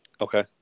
Okay